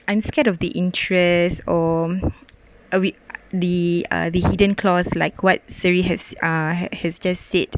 I'm scared of the interest or the uh the hidden clause like what siri has a has has just said